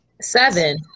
seven